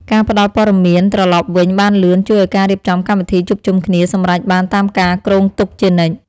ការផ្ដល់ព័ត៌មានត្រឡប់វិញបានលឿនជួយឱ្យការរៀបចំកម្មវិធីជួបជុំគ្នាសម្រេចបានតាមការគ្រោងទុកជានិច្ច។